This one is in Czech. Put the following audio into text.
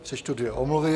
Přečtu dvě omluvy.